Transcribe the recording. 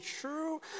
true